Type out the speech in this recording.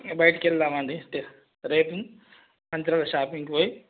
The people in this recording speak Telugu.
ఇంక బయటికి వెళ్దాం అండి రేపు అందరు షాపింగ్ పోయి